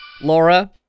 Laura